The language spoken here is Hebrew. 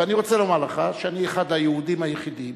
ואני רוצה לומר לך שאני אחד היהודים היחידים